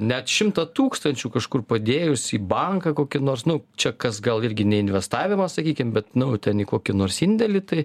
net šimtą tūkstančių kažkur padėjus į banką kokį nors nu čia kas gal irgi ne investavimas sakykim bet nu ten į kokį nors indėlį tai